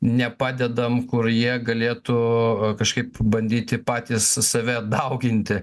nepadedam kur jie galėtų kažkaip bandyti patys save dauginti